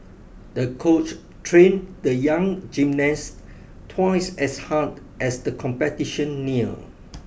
the coach trained the young gymnast twice as hard as the competition near